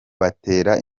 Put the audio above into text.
batera